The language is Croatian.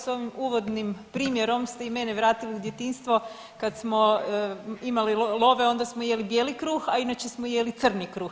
Sa ovim uvodnim primjerom ste i mene vratili u djetinjstvo kad smo imali love onda smo jeli bijeli kruh, a inače smo jeli crni kruh.